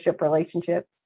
relationship